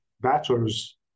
bachelor's